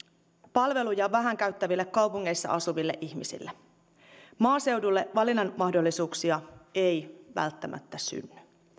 palveluja vähän käyttäville kaupungeissa asuville ihmisille maaseudulle valinnanmahdollisuuksia ei välttämättä synny